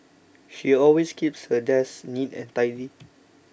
she always keeps her desk neat and tidy